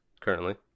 currently